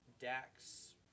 Dax